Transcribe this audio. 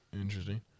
interesting